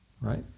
right